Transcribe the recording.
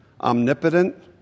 omnipotent